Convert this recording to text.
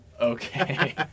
Okay